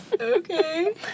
Okay